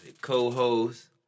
co-host